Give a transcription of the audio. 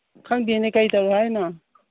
ꯈꯪꯗꯦꯅꯦ ꯀꯔꯤ ꯇꯧꯔꯛꯑꯣ ꯍꯥꯏꯅꯣ